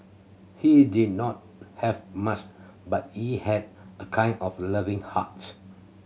he did not have much but he had a kind of loving heart